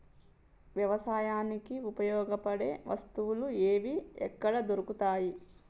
వ్యవసాయానికి ఉపయోగపడే వస్తువులు ఏవి ఎక్కడ దొరుకుతాయి?